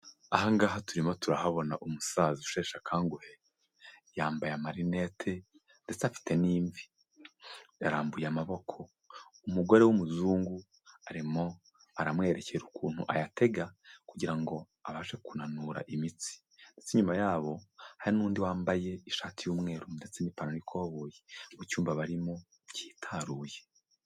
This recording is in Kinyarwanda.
Aha ngaha turimo turahabona umusaza usheshe akanguhe, yambaye amarinete ndetse afite n'imvi, yarambuye amaboko, umugore w'umuzungu arimo aramwerekera ukuntu ayatega kugira ngo abashe kunanura imitsi, ndetse inyuma yabo hari n'undi wambaye ishati y'umweru ndetse n'ipantaro y'ikoboyi mu cyumba barimo kitaruye.